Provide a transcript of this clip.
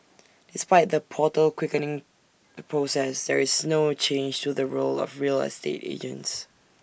despite the portal quickening the process there is no change to the role of real estate agents